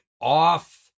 off